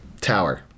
tower